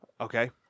okay